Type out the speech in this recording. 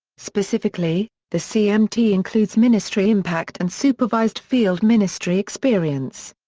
specifically, the cmt includes ministry impact and supervised field ministry experience.